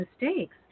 mistakes